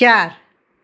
ચાર